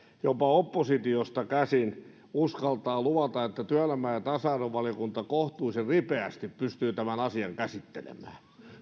jopa oppositiosta käsin uskaltaa luvata että työelämä ja tasa arvovaliokunta kohtuullisen ripeästi pystyy tämän asian käsittelemään